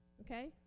Okay